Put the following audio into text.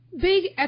big